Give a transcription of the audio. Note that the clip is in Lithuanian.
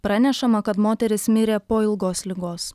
pranešama kad moteris mirė po ilgos ligos